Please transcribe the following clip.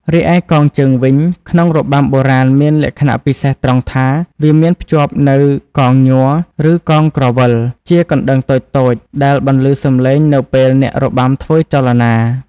រីឯកងជើងវិញក្នុងរបាំបុរាណមានលក្ខណៈពិសេសត្រង់ថា វាមានភ្ជាប់នូវ "កងញ័រ" ឬ "កងក្រវិល" ជាកណ្តឹងតូចៗ ដែលបន្លឺសំឡេងនៅពេលអ្នករបាំធ្វើចលនា។